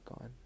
on